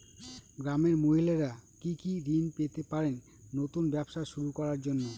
গ্রামের মহিলারা কি কি ঋণ পেতে পারেন নতুন ব্যবসা শুরু করার জন্য?